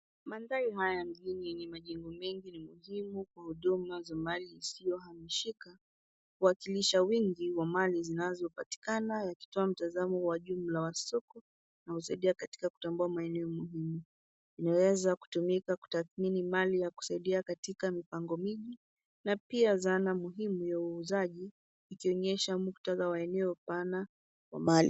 Mandhari haya ya mjini yenye majengo mengi na muhimu Kwa huduma za mali isiyohamishika huwakilisha wingi wa mali zinazopatikana yakitoa mtazamo wa jumla wa soko, unaosaidia katika kutambaa maeneo muhimu. Inaweza kutumika kutathmini mali ya kusaidia katika mipango mingi na pia zana muhimu ya uuzaji ikionyesha muktadha wa eneo pana wa mali.